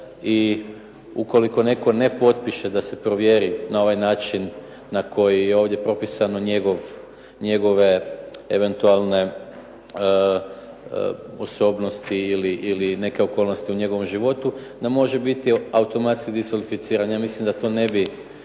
i ukoliko netko ne potpiše da se provjeri na ovaj način na koji je ovdje propisano njegove eventualne osobnosti ili neke okolnosti u njegovom životu da može biti automatski diskvalificiran.